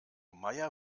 meier